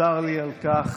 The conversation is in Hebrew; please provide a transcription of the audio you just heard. צר לי על כך.